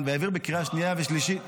והעביר בקריאה שנייה ושלישית --- לא,